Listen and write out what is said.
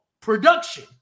production